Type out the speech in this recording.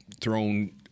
thrown